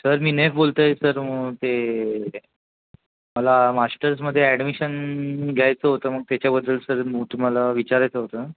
sir मी नेफ बोलतोय सर मग ते मला मास्टर्समध्ये ॲडमिशन घ्यायचं होतं मग त्याच्याबद्दल सर मग तुम्हाला विचारायचं होतं